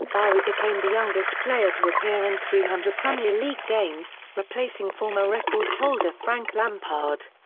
barry became the youngest player to appear in three hundred premier league games, replacing former record-holder frank lampard.